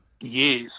Yes